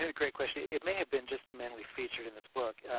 ah great question. it may have been just the men we featured in this book. yeah